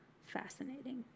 fascinating